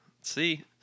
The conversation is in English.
See